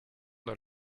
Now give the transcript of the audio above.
dans